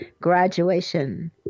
graduation